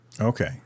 okay